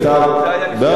בעבר, נכון.